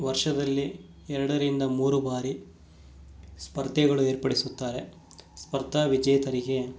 ವರ್ಷದಲ್ಲಿ ಎರಡರಿಂದ ಮೂರು ಬಾರಿ ಸ್ಪರ್ಧೆಗಳು ಏರ್ಪಡಿಸುತ್ತಾರೆ ಸ್ಪರ್ಧಾ ವಿಜೇತರಿಗೆ